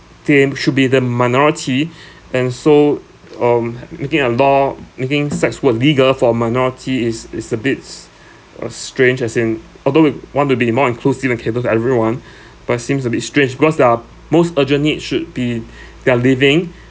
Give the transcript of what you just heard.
they um should be the minority and so um I'm looking at law making sex work legal for minority is is a bits uh strange as in although we want to be more inclusive and cater to everyone but seems a bit strange because their most urgent need should be their living